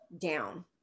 down